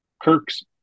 Kirk's